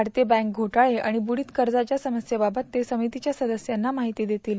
वाढते बँक घोटाळे आणि बुडित कर्जाच्या समस्याबाबत ते समितीच्या सदस्यांना माहिती देतील